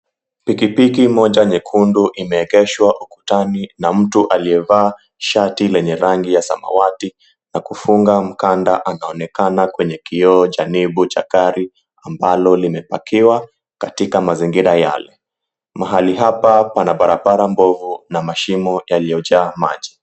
Pikipiki moja nyekundu imeegeshwa ukutani na mtu aliyevaa shati lenye rangi ya samawati na kufunga mkanda, anaonekana kwenye kioo cha nembo cha gari ambalo limepakiwa katika mazingira yale. Mahali hapa pana barabara mbovu na mashimo yaliyojaa maji.